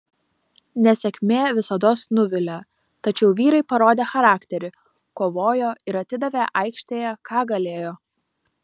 nesėkmė visados nuvilia tačiau vyrai parodė charakterį kovojo ir atidavė aikštėje ką galėjo